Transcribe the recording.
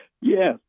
Yes